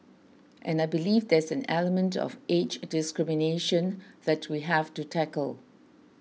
and I believe there's an element of age discrimination that we have to tackle